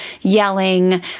yelling